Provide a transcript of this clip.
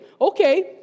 Okay